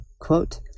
quote